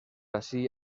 así